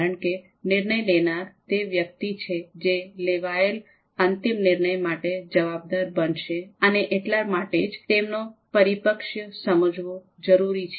કારણ કે નિર્ણય લેનાર તે વ્યક્તિ છે જે લેવાયેલા અંતિમ નિર્ણય માટે જવાબદાર બનશે અને એટલા માટે જ તેમનો પરિપ્રેક્ષ્ય સમજવો જરૂરી છે